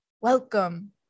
welcome